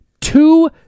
two